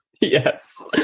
Yes